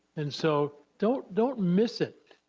and so don't don't miss it,